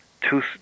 Two